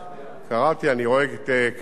אני רואה את קטע העיתונות כאן,